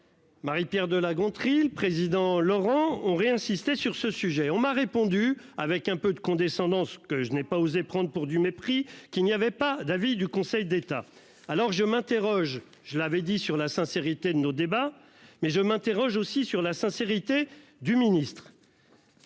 Marie-. Pierre de La Gontrie. Le président Laurent on re-insister sur ce sujet. On m'a répondu avec un peu de condescendance, que je n'ai pas osé prendre pour du mépris qu'il n'y avait pas d'avis du Conseil d'État. Alors je m'interroge, je l'avais dit sur la sincérité de nos débats. Mais je m'interroge aussi sur la sincérité du ministre.